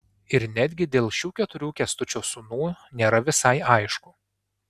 ir netgi dėl šių keturių kęstučio sūnų nėra visai aišku